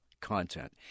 content